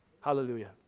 Hallelujah